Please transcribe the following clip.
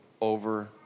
over